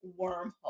wormhole